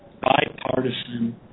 bipartisan